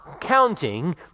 counting